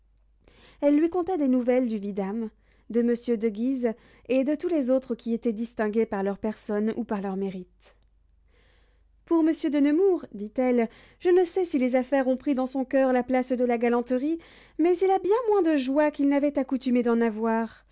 elle lui conta des nouvelles du vidame de monsieur de guise et de tous les autres qui étaient distingués par leur personne ou par leur mérite pour monsieur de nemours dit-elle je ne sais si les affaires ont pris dans son coeur la place de la galanterie mais il a bien moins de joie qu'il n'avait accoutumé d'en avoir